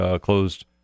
closed